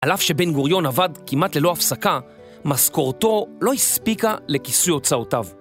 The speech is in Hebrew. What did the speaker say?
על אף שבן גוריון עבד כמעט ללא הפסקה, משכורתו לא הספיקה לכיסוי הוצאותיו.